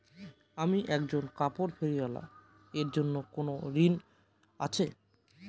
আমি একজন কাপড় ফেরীওয়ালা এর জন্য কোনো ঋণ আছে?